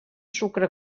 sucre